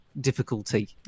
difficulty